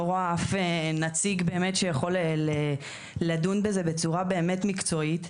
אני לא רואה אף נציג באמת שיכול לדון בזה בצורה באמת מקצועית.